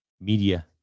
media